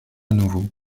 nouveau